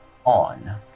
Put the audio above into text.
on